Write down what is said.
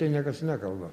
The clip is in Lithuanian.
tai niekas nekalba